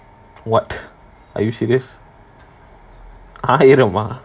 what are you serious ஆயிரம் ஆஹ்:aayiram aah